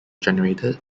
generated